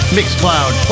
Mixcloud